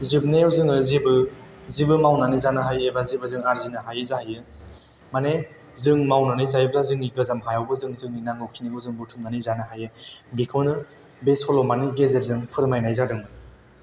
जोबनायाव जों जेबो मावनानै जानो हायो एबा जेबो जों आरजिनो हायै जाहैयो माने जों मावनानै जायोब्ला जोंनि गोजाम हायावबो जोंनि नांगौखिनिखौ जों बुथुमनानै जानो हायो बेखौनो बे सल'मानि गेजेरजों फोरमायनाय जादोंमोन